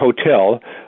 hotel